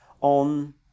on